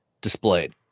displayed